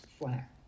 flat